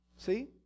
see